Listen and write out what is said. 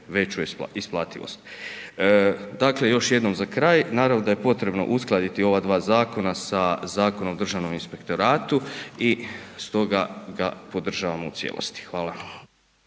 veću isplativost. Dakle, još jednom za kraj, naravno da je potrebno uskladiti ova dva zakona, sa Zakonom o državnom inspektoratu i stoga ga podržavamo u cijelosti. Hvala.